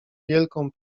wielką